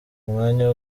umwanya